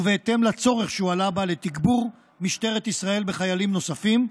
ובהתאם לצורך שהועלה בה לתגבור משטרת ישראל בחיילים נוספים,